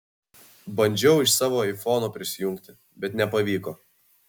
bandžiau iš savo aifono prisijungti bet nepavyko